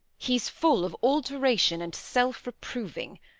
he's full of alteration and self-reproving.